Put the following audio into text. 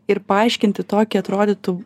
ir paaiškinti tokį atrodytų